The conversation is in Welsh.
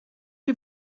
chi